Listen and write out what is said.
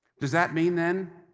does that mean then,